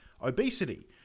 obesity